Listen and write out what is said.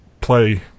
Play